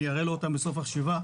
אני אראה לו אותם בסוף הישיבה,